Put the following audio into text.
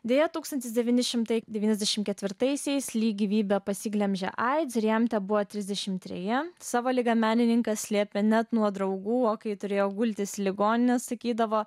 deja tūkstantis devyni šimtai devyniasdešimt ketvirtaisiais lee gyvybę pasiglemžė aids ir jam tebuvo trisdešimt treji savo ligą menininkas slėpė net nuo draugų kai turėjo gultis į ligoninę sakydavo